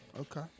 Okay